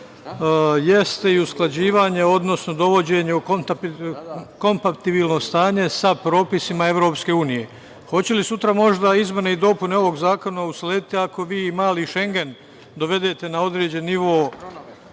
jeste i usklađivanje, odnosno dovođenju kompatibilnog stanje sa propisima Evropske unije. Da li će sutra možda izmene i dopune ovog zakona uslediti, ako vi i „mali Šengen“ dovedete na određeni nivo